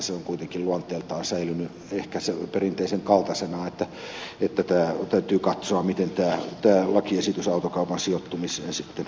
se on kuitenkin luonteeltaan säilynyt ehkä perinteisen kaltaisena joten täytyy katsoa miten tämä lakiesitys autokaupan sijoittumiseen sitten vaikuttaa